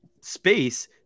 space